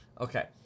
Okay